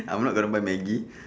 I'm not gonna buy Maggi